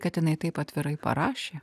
kad jinai taip atvirai parašė